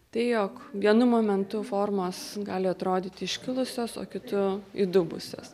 tai jog vienu momentu formos gali atrodyti iškilusios o kitu įdubusios